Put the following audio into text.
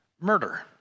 murder